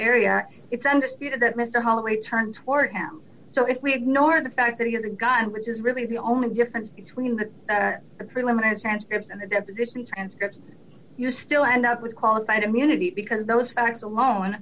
area it's understood that mr holloway turned toward him so if we ignore the fact that he is a god which is really the only difference between the preliminary transcript and the deposition transcript you still end up with qualified immunity because those facts alone